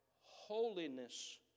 Holiness